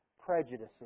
prejudices